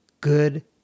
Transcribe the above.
good